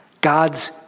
God's